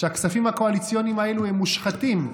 הכספים הקואליציוניים האלו הם מושחתים,